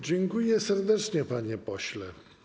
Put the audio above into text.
Dziękuję serdecznie, panie pośle.